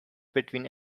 between